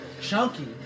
Chunky